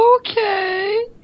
Okay